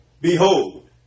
Behold